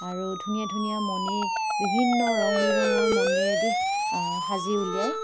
আৰু ধুনীয়া ধুনীয়া মণি বিভিন্ন ৰং বিৰঙৰ মণিৰেদি সাজি উলিয়াই